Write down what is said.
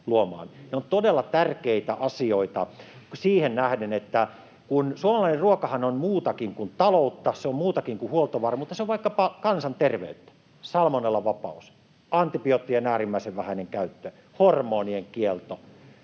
Ne ovat todella tärkeitä asioita siihen nähden, että suomalainen ruokahan on muutakin kuin taloutta, muutakin kuin huoltovarmuutta, se on vaikkapa kansanterveyttä: salmonellavapaus, antibioottien äärimmäisen vähäinen käyttö, hormonien kielto,